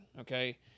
Okay